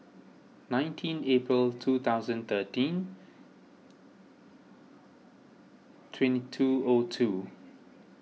nineteen April two thousand thirteen twenty two O two